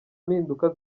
mpanuka